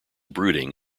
brooding